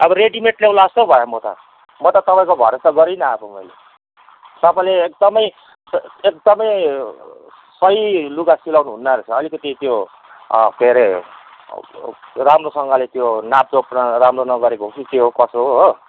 अब रेडिमेड ल्याउला जस्तो पो भयो म त म त तपाईँको भरोसा गरिनँ अब मैले तपाईँले एकदमै एकदमै सही लुगा सिलाउनुहुन्न रहेछ अलिकति त्यो के अरे राम्रोसँगले त्यो नाप जोख राम्रो नगरेको हो कि के हो कसो हो हो